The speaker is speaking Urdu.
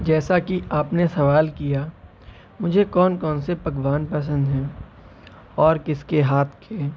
جیسا کہ آپ نے سوال کیا مجھے کون کون سے پکوان پسند ہیں اور کس کے ہاتھ کے